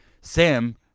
Sam